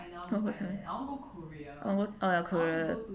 oh thailand I wan~ oh ya korea